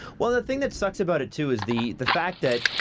well the thing that sucks about it too is the the fact that,